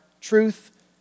truth